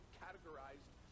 categorized